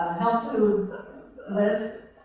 health food list.